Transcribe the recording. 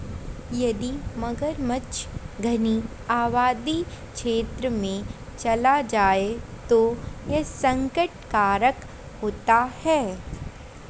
यदि मगरमच्छ घनी आबादी क्षेत्र में चला जाए तो यह संकट कारक होता है